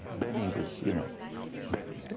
benny was you know benny.